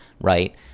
right